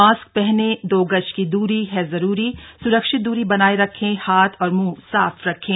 mask पहने दो गज की दूरी है जरूरी सुरक्षित दूरी बनाए रखें हाथ और मुंह साफ रखें